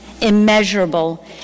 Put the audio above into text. immeasurable